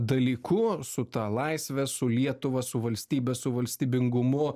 dalyku su ta laisve su lietuva su valstybe su valstybingumu